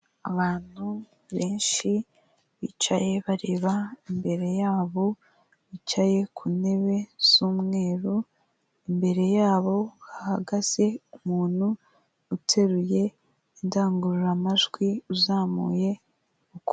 Abantu benshi bicaye bareba imbere yabo, bicaye ku ntebe z'umweru, imbere yabo hahagaze umuntu uteruye indangururamajwi, uzamuye uku...